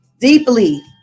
Deeply